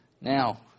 Now